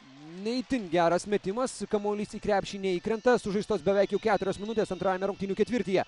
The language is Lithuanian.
ne itin geras metimas kamuolys į krepšį neįkrenta sužaistos beveik jau keturios minutės antrajame rungtynių ketvirtyje